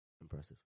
impressive